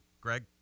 Greg